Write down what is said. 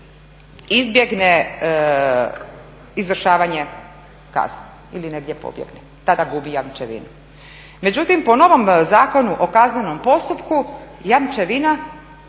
izbjegne izvršavanje kazne ili negdje pobjegne, tada gubi jamčevinu. Međutim, po novom Zakonu o kaznenom postupku jamčevina